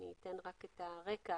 אני אתן את הרקע.